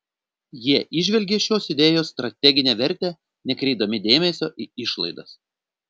jie įžvelgė šios idėjos strateginę vertę nekreipdami dėmesio į išlaidas